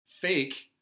fake